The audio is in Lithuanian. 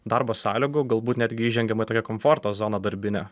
darbo sąlygų galbūt netgi įžengiama į tokią komforto zoną darbinę